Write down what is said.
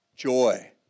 joy